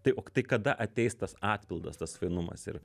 tai o tai kada ateis tas atpildas tas fainumas ir